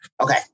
Okay